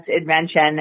invention